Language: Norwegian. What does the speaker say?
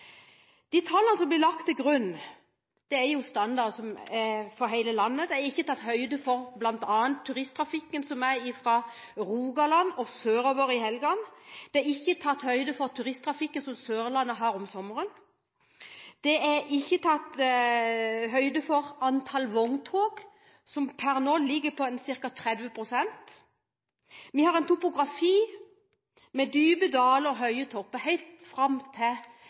De tallene som blir lagt til grunn, er standarder for hele landet. Det er bl.a. ikke tatt høyde for turisttrafikken fra Rogaland og sørover i helgene. Det er ikke tatt høyde for turisttrafikken som Sørlandet har om sommeren. Det er ikke tatt høyde for antall vogntog som per nå ligger på ca. 30 pst. Vi har en topografi med dype daler og høye topper helt fram til